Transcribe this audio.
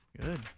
Good